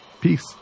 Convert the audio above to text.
Peace